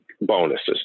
bonuses